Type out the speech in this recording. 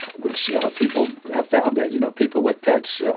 which people have found that, you know, people with pets,